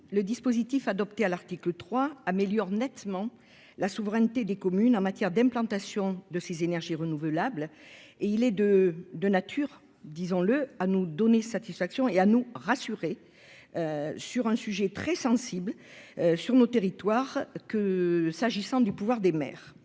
le dispositif adopté à l'article 3 tend à améliorer nettement la souveraineté des communes en matière d'implantation de ces sites de production d'énergies renouvelables. Il est de nature, disons-le, à nous donner satisfaction et à nous rassurer sur un sujet très sensible dans nos territoires, à savoir le pouvoir des maires.